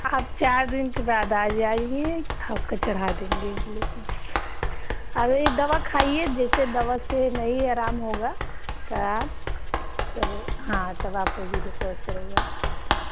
आप चार दिन के बाद आ जाइए आपको चढ़ा देंगे ग्लूकोज़ अरे दवा खाइए जैसे दवा से नहीं आराम होगा तो आप तब हाँ तब आपका ग्लूकोज़ चढ़ेगा हाँ